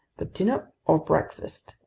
but dinner or breakfast,